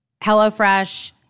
HelloFresh